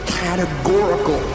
categorical